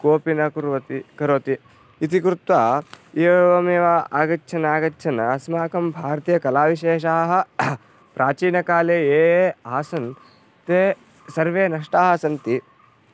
केपि न कुर्वन्ति करोति इति कृत्वा एवमेव आगच्छन् आगच्छन् अस्माकं भारतीयकलाविशेषाः प्राचीनकाले ये ये आसन् ते सर्वे नष्टाः सन्ति